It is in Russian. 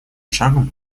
шагом